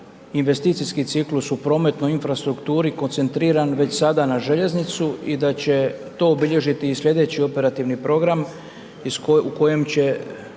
investicijski ciklus u prometnoj infrastrukturi koncentriran već sada na željeznicu i da će to obilježiti i sljedeći operativni program u kojem će